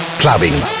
clubbing